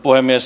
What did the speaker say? puhemies